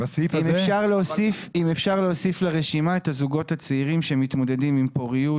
אם אפשר להוסיף לרשימה את הזוגות הצעירים שמתמודדים עם פוריות,